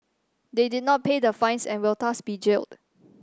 they did not pay the fines and will thus be jailed